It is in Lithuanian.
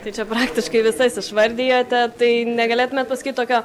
tai čia praktiškai visas išvardijote tai negalėtumėt pasakyti tokio